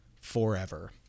forever